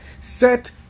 Set